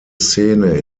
szene